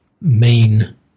main